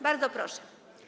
Bardzo proszę.